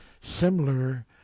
similar